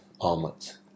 omelets